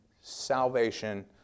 salvation